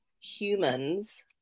humans